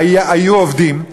היו עובדות,